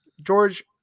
George